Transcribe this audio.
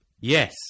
Yes